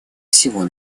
всего